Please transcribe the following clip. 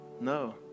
No